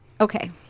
okay